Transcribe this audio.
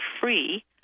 free